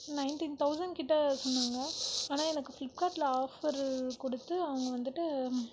nineteen thousand கிட்ட சொன்னாங்க ஆனால் எனக்கு ஃப்ளிப்கார்ட்டில் ஆஃபர் கொடுத்து அவங்க வந்துட்டு